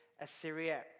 Assyria